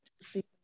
see